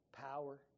Power